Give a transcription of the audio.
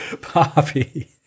poppy